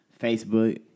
Facebook